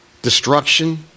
destruction